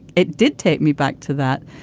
it did take me back to that.